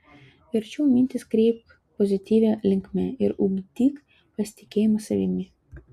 verčiau mintis kreipk pozityvia linkme ir ugdyk pasitikėjimą savimi